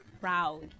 proud